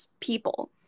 people